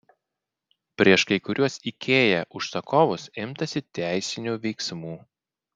prieš kai kuriuos ikea užsakovus imtasi teisinių veiksmų